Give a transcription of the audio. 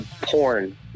porn